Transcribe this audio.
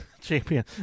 champion